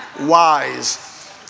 wise